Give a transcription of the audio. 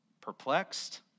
perplexed